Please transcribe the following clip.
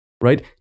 Right